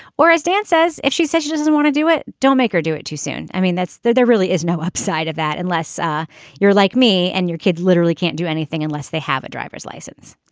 or as dan says if she says she doesn't want to do it don't make her do it too soon. i mean that's there there really is no upside of that unless you're like me and your kids literally can't do anything unless they have a driver's license.